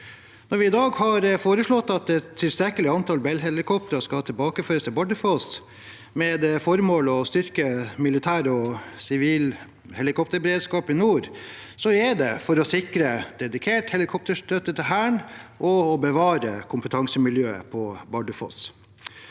Når vi i dag har foreslått at et tilstrekkelig antall Bell-helikoptre skal tilbakeføres til Bardufoss med det formål å styrke militær og sivil helikopterberedskap i nord, er det for å sikre dedikert helikopterstøtte til Hæren og bevare kompetansemiljøet på Bardufoss.